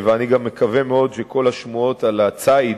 אני גם מקווה מאוד שכל השמועות על הציד